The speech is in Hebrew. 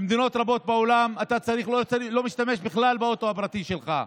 במדינות רבות בעולם אתה לא משתמש בכלל באוטו הפרטי שלך,